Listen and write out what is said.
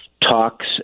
talks